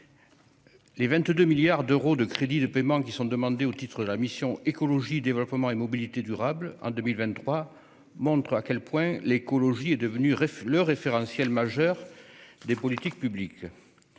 les 22 milliards d'euros de crédits de paiement qui sont demandés au titre de la mission « Écologie, développement et mobilité durables » en 2023 montrent à quel point l'écologie est devenue le référentiel majeur des politiques publiques.